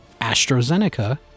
AstraZeneca